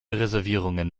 reservierungen